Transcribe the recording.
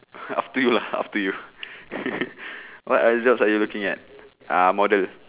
up to you lah up to you what other jobs are you looking at ah model